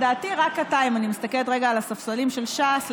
אם אני מסתכלת רגע על הספסלים של ש"ס,